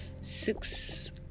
six